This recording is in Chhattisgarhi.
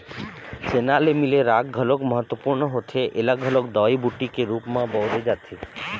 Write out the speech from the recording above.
छेना ले मिले राख घलोक महत्वपूर्न होथे ऐला घलोक दवई बूटी के रुप म बउरे जाथे